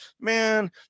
man